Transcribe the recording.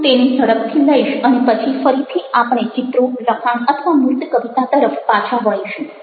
હું તેને ઝડપથી લઈશ અને પછી ફરીથી આપણે ચિત્રો લખાણ અથવા મૂર્ત કવિતા તરફ પાછા વળીશું